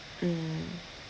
mm